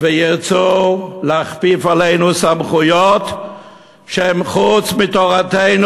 וירצו להכפיף אותנו לסמכויות שהן חוץ מתורתנו